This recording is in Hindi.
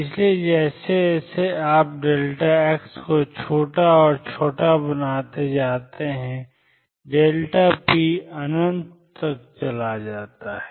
इसलिए जैसे जैसे आप x को छोटा और छोटा बनाते जाते हैं p अनंत तक जाता है